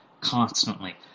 constantly